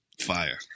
Fire